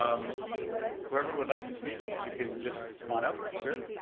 um whoever would like to speak, you can just come on up. sir,